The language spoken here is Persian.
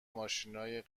ماشینای